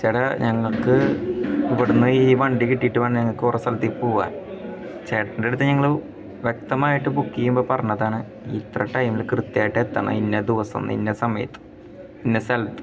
ചേട്ടാ ഞങ്ങൾക്ക് ഇവിടുന്ന് ഈ വണ്ടി കിട്ടിയിട്ടു വേണം ഞങ്ങൾക്ക് കുറേ സ്ഥലത്തേക്ക് പോകാൻ ചേട്ടൻ്റടുത്ത് ഞങ്ങൾ വ്യക്തമായിട്ട് ബുക്ക് ചെയ്യുമ്പം പറഞ്ഞതാണ് ഇത്ര ടൈമിൽ കൃത്യായിട്ടെത്തണം ഇന്ന ദിവസം ഇന്ന സമയത്ത് ഇന്ന സ്ഥലത്ത്